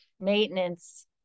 maintenance